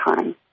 time